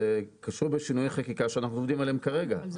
זה קשור בשינויי חקיקה שאנחנו עובדים עליהם כרגע.